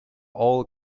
all